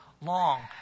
long